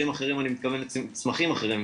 אני מתכוון לצמחים אחרים,